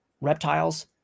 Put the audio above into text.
reptiles